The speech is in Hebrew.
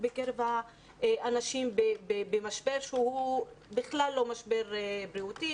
המשבר הבריאותי,